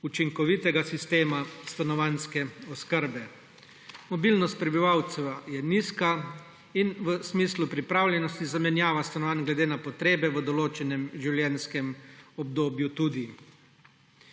učinkovitega sistema stanovanjske oskrbe. Mobilnost prebivalcev je nizka in v smislu pripravljenosti zamenjava stanovanj glede na potrebe v določenem življenjskem obdobju tudi.